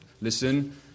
listen